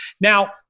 Now